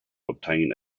obtain